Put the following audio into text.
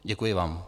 Děkuji vám.